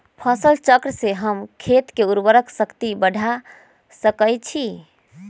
फसल चक्रण से हम खेत के उर्वरक शक्ति बढ़ा सकैछि?